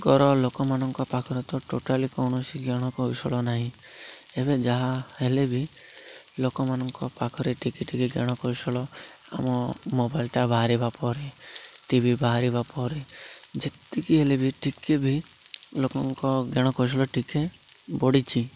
ଆଗର ଲୋକମାନଙ୍କ ପାଖରେ ତ ଟୋଟାଲି କୌଣସି ଜ୍ଞାନ କୌଶଳ ନାହିଁ ଏବେ ଯାହା ହେଲେ ବି ଲୋକମାନଙ୍କ ପାଖରେ ଟିକେ ଟିକେ ଜ୍ଞାନ କୌଶଳ ଆମ ମୋବାଇଲଟା ବାହାରିବା ପରେ ଟି ଭି ବାହାରିବା ପରେ ଯେତିକି ହେଲେ ବି ଟିକେ ବି ଲୋକଙ୍କ ଜ୍ଞାନ କୌଶଳ ଟିକେ ବଢ଼ିଛିି